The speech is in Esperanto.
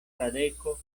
fradeko